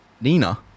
Nina